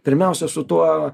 pirmiausia su tuo